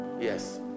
Yes